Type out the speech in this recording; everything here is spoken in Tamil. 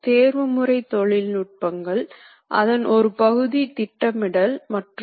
எனவே ஒரு முறை கருவி ஆனது சுற்றி முடித்த பின் விட்டம் ஒரு குறிப்பிட்ட அளவு குறைந்திருக்கும்